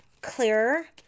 clearer